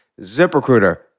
ZipRecruiter